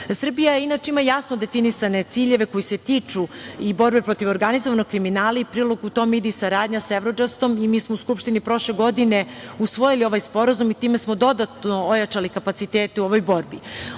inače ima jasno definisane ciljeve koji se tiču i borbe protiv organizovanog kriminala i prilog u tome ide saradnja sa EVRODžAST-om. Mi smo u Skupštini prošle godine usvojili ovaj Sporazum i time smo dodatno ojačali kapacitete u ovoj